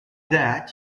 that